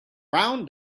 brown